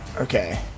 Okay